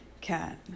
cat